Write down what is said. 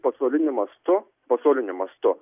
pasauliniu mastu pasauliniu mąstu